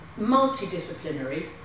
multidisciplinary